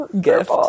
gift